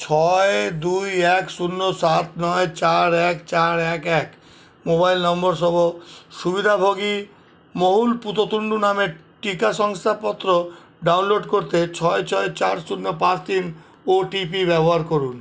ছয় দুই এক শূন্য সাত নয় চার এক চার এক এক মোবাইল নম্বরসহ সুবিধাভোগী মহুল পুততুন্ডু নামের টিকা শংসাপত্র ডাউনলোড করতে ছয় ছয় চার শূন্য পাঁচ তিন ওটিপি ব্যবহার করুন